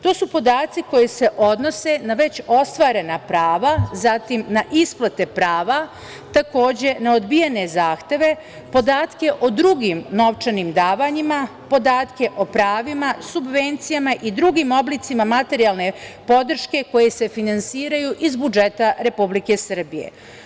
To su podaci koji se odnose na već ostvarena prava, zatim, na isplate prava, takođe na odbijene zahteve, podatke o drugim novčanim davanjima, podatke o pravima, subvencijama i drugim oblicima materijalne podrške koji se finansiraju iz budžeta Republike Srbije.